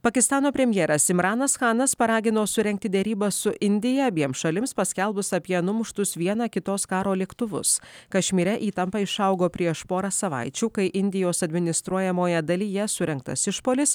pakistano premjeras simranas chanas paragino surengti derybas su indija abiem šalims paskelbus apie numuštus viena kitos karo lėktuvus kašmyre įtampa išaugo prieš porą savaičių kai indijos administruojamoje dalyje surengtas išpuolis